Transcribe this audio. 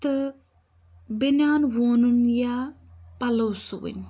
تہٕ بنیان وونُن یا پَلو سٕوٕنۍ